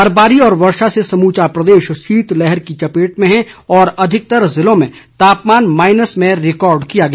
बर्फबारी व वर्षा से समूचा प्रदेश शीतलहर की चपेट में है और अधिकतर जिलों में तापमान माईनस में रिकॉर्ड किया गया